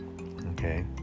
Okay